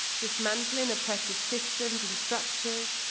dismantling oppressive systems and structures,